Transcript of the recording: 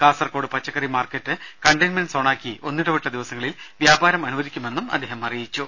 കാസർകോട് പച്ചക്കറി market containment സോണാക്കി ഒന്നിടവിട്ട ദിവസങ്ങളിൽ വ്യാപാരം അനുവദിക്കുമെന്നും അദ്ദേഹം അറിയിച്ചു